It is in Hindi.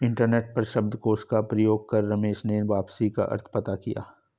इंटरनेट पर शब्दकोश का प्रयोग कर रमेश ने वापसी का अर्थ पता किया